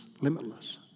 limitless